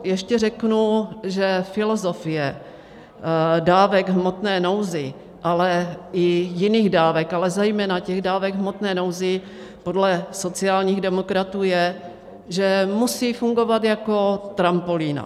Ještě k tomu řeknu, že filozofie dávek v hmotné nouzi, ale i jiných dávek, ale zejména dávek v hmotné nouzi podle sociálních demokratů je, že musí fungovat jako trampolína.